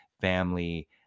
family